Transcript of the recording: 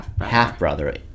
half-brother